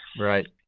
right.